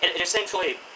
Essentially